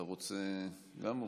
גם אתה רוצה, אופיר?